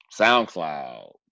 SoundCloud